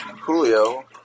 Julio